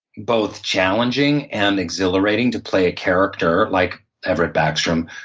both challenging and exhilarating to play a character like everett backstrom.